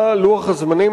מהו לוח הזמנים,